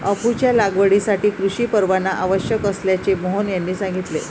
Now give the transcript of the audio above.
अफूच्या लागवडीसाठी कृषी परवाना आवश्यक असल्याचे मोहन यांनी सांगितले